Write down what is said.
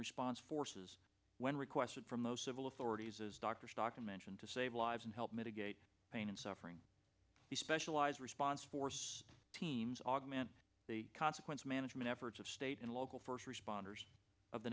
response forces when requested from most civil authorities as dr stockton mentioned to save lives and help mitigate pain and suffering the specialized response force teams augment the consequence management efforts of state and local first responders of the